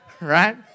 right